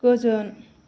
गोजोन